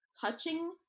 touching